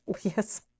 Yes